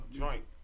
joint